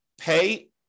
pay